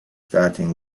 starting